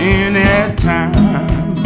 anytime